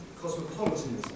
cosmopolitanism